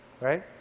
Right